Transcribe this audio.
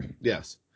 Yes